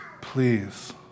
please